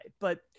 But-